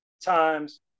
times